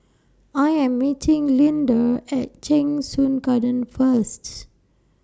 I Am meeting Lynda At Cheng Soon Garden First